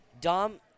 Dom